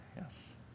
yes